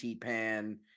Pan